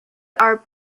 are